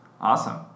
awesome